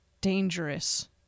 dangerous